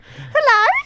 Hello